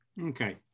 Okay